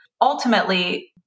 ultimately